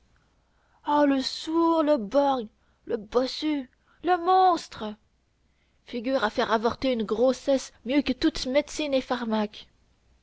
oh le sourd le borgne le bossu le monstre figure à faire avorter une grossesse mieux que toutes médecines et pharmaques